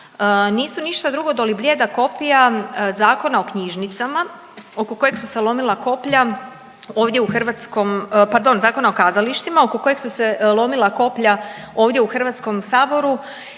nisu ništa drugo doli blijeda kopija Zakona o knjižnicama oko kojeg su se lomila koplja ovdje u hrvatskom, pardon